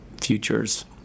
futures